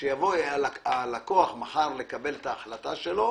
כשיבוא הלקוח מחר לקבל את ההחלטה שלו,